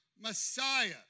Messiah